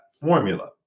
formula